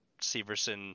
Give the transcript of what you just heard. Severson